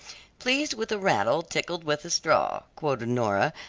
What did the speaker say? pleased with a rattle, tickled with a straw, quoted nora,